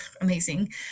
amazing